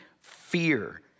fear